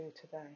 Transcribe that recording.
today